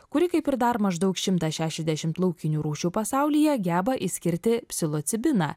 kuri kaip ir dar maždaug šimtas šešiasdešimt laukinių rūšių pasaulyje geba išskirti psilocibiną